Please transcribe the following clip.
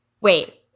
wait